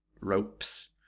ropes